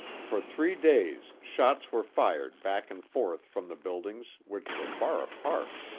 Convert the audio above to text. for three days shots were fired back and forth from the buildings, which were far apart.